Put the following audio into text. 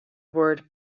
word